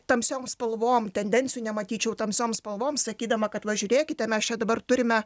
tamsiom spalvom tendencijų nematyčiau tamsiom spalvom sakydama kad va žiūrėkite mes čia dabar turime